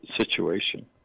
situation